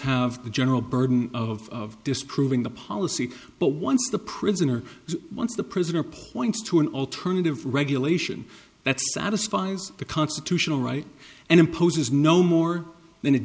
have the general burden of disproving the policy but once the prisoner once the prisoner points to an alternative regulation that satisfies the constitutional right and imposes no more than a